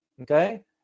Okay